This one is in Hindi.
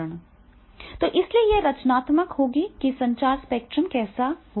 तो इसलिए यह रचनात्मकता होगी कि संचार स्पेक्ट्रम कैसे होगा